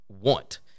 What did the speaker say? want